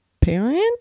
parent